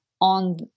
on